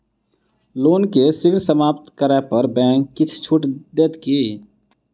loan केँ शीघ्र समाप्त करै पर बैंक किछ छुट देत की